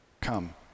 come